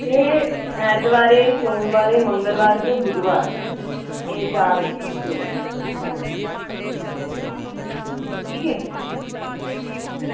एह् ऐतवारें सोमवारें मंगलवारें ते बुधवार एह् चार दिन अंजी